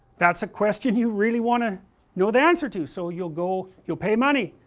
that's a question you really want to know the answer to so you will go you will pay money,